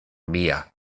mia